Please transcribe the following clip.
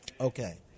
Okay